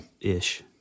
Ish